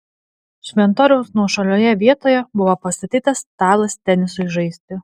šventoriaus nuošalioje vietoje buvo pastatytas stalas tenisui žaisti